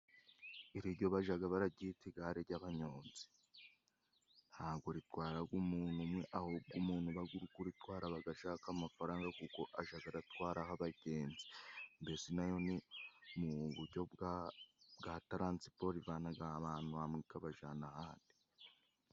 Iri ryo bajya baryita igare ry'abanyonzi. Nta bwo ritwara umuntu umwe, ahubwo umuntu uba uri kuritwara, aba ashaka amafaranga, kuko ajya atwara abagenzi. Mbese na yo ni mu buryo bwa transiporo ivana abantu ahantu hamwe ikabajyana ahandi.